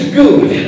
good